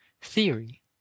Theory